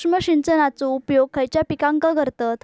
सूक्ष्म सिंचनाचो उपयोग खयच्या पिकांका करतत?